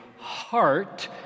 heart